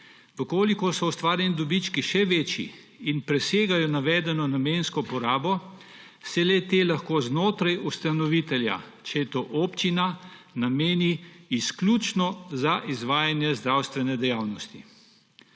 V kolikor so ustvarjeni dobički še večji in presegajo navedeno namensko porabo, se le-te lahko znotraj ustanovitelja, če je to občina, nameni izključno za izvajanje zdravstvene dejavnosti.